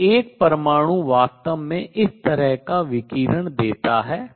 तो एक परमाणु वास्तव में इस तरह का विकिरण देता है